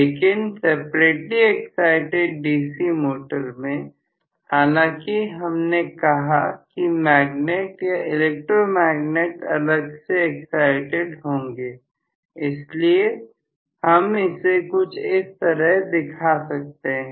लेकिन separately excited DC motor में हालांकि हमने कहा कि मैगनेट या इलेक्ट्रोमैग्नेट अलग से एक्साइटिड होंगे इसलिए हम इसे कुछ इस तरह दिखा सकते हैं